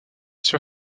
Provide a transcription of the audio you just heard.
sûr